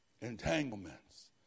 Entanglements